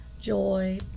joy